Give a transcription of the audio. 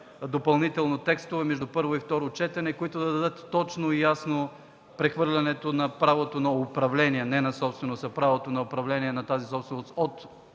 допълнително текстове между първо и второ четене, които да дадат точно и ясно прехвърлянето на правото на управление – не на собственост, а правото на управление на тази собственост от